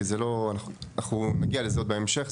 כי אנחנו נגיע לזה עוד בהמשך,